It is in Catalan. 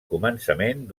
començament